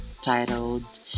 titled